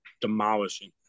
demolishing